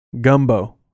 gumbo